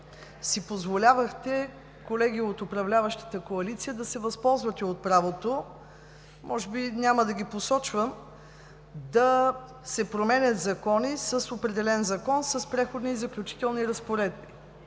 си позволявахте, колеги от управляващата коалиция, да се възползвате от правото – може би няма да ги посочвам – да се променят закони с Преходни и заключителни разпоредби